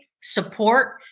support